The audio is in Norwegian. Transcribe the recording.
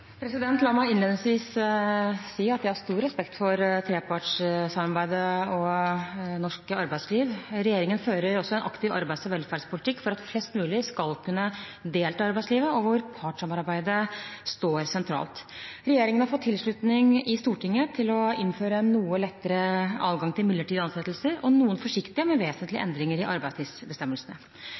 trepartssamarbeidet og norsk arbeidsliv. Regjeringen fører en aktiv arbeids- og velferdspolitikk for at flest mulig skal kunne delta i arbeidslivet, hvor partssamarbeidet står sentralt. Regjeringen har fått tilslutning i Stortinget til å innføre en noe lettere adgang til midlertidig ansettelse og noen forsiktige, men vesentlige, endringer i arbeidstidsbestemmelsene.